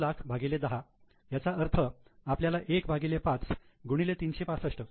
2 लाख भागिले 10 लाख याचा अर्थ आपल्याला 1 भागिले 5 गुणिले 365